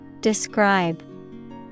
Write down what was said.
describe